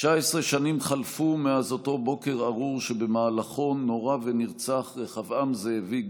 19 שנים חלפו מאז אותו בוקר ארור שבו נורה ונרצח רחבעם זאבי,